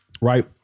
right